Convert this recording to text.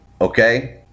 Okay